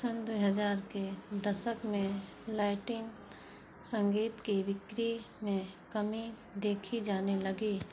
सन् दो हज़ार के दशक में लैटिन संगीत की बिक्री में कमी देखी जाने लगी